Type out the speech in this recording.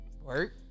work